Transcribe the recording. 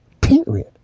Period